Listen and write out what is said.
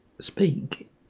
speak